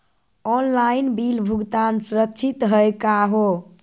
Online bill भुगतान सुरक्षित हई का हो?